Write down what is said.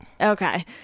Okay